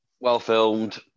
well-filmed